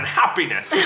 happiness